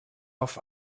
auf